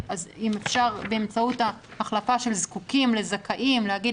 אולי אפשר באמצעות ההחלפה של "זקוקים" ל"זכאים" להגיד